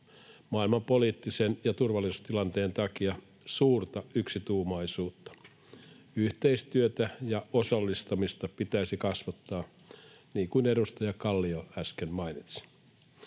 maailmanpoliittisen ja turvallisuustilanteen takia suurta yksituumaisuutta. Yhteistyötä ja osallistamista pitäisi kasvattaa, niin kuin edustaja Kallio äsken mainitsi.